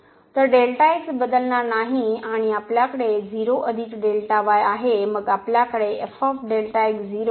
तर Δx बदलणार नाही आणि आपल्याकडे आहे मग आपल्याकडे आणि भागिले